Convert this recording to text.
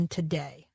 today